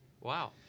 Wow